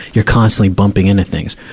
you're constantly bumping into things.